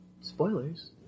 Spoilers